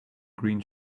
green